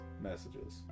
messages